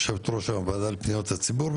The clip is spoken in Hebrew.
יושבת ראש הוועדה לפניות הציבור.